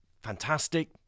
fantastic